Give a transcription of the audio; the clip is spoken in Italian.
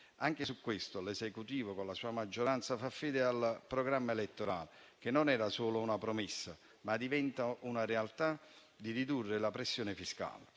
Anche su questo l'Esecutivo, con la sua maggioranza, tiene fede al programma elettorale, che non era solo una promessa, ma diventa una realtà, quella di ridurre la pressione fiscale.